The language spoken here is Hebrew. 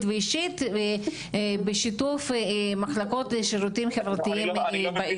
ואישית בשיתוף מחלקות לשירותים חברתיים בעיר.